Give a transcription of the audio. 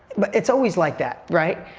but it's always like that, right?